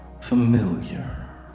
familiar